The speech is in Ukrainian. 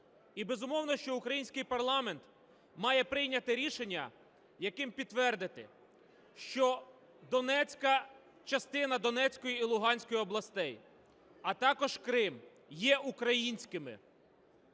І, безумовно, що український парламент має прийняти рішення, яким підтвердити, що частина Донецької і Луганської областей, а також Крим є українськими,